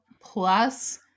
plus